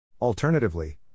Alternatively